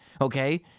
Okay